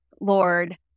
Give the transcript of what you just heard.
Lord